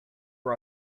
for